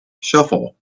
shuffle